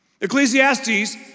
Ecclesiastes